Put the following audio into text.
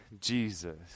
Jesus